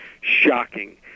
shocking